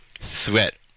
threat